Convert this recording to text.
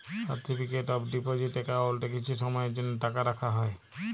certificate of deposit একাউল্টে কিছু সময়ের জ্যনহে টাকা রাখা হ্যয়